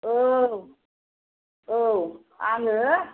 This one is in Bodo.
औ औ आङो